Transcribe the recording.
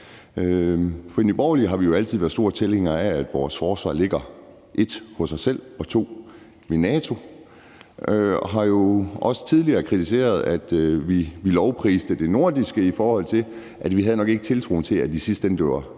I Nye Borgerlige har vi altid været store tilhængere af, at vores forsvar ligger 1) hos os selv og 2) ved NATO. Vi har også tidligere kritiseret, at vi lovpriste det nordiske, i forhold til at vi nok ikke havde tiltroen til, at det i sidste ende